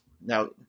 Now